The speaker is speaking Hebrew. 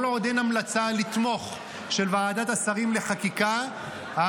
כל עוד אין המלצה של ועדת השרים לחקיקה לתמוך,